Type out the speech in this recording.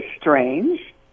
strange